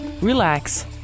relax